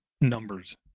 numbers